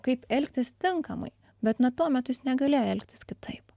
kaip elgtis tinkamai bet na tuo metu jis negalėjo elgtis kitaip